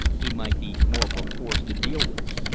he might be more of a force to deal with.